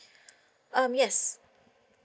um yes